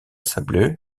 sableux